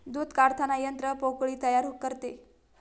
दूध काढताना यंत्र पोकळी तयार करते